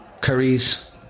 curries